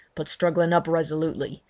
but struggling up resolutely,